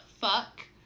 fuck